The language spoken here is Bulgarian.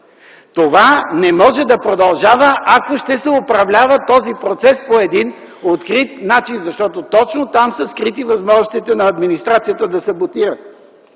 Това не може да продължава, ако ще се управлява този процес по един открит начин, защото точно там са скрити възможностите на администрацията да саботира